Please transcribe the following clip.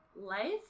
life